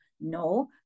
no